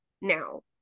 now